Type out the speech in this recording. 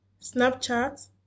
Snapchat